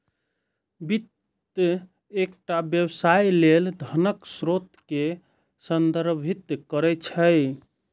वित्त एकटा व्यवसाय लेल धनक स्रोत कें संदर्भित करै छै